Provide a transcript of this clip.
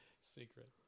secret